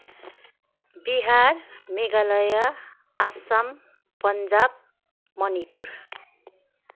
Bihar Meghalaya Assam Punjab Manipur